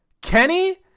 Kenny